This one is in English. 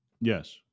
Yes